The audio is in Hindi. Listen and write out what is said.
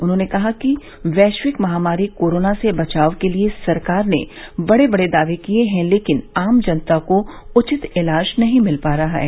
उन्होंने कहा कि वैश्विक महामारी कोरोना से बचाव के लिये सरकार ने बड़े बड़े दावे किये हैं लेकिन आम जनता को उचित इलाज नहीं मिल रहा है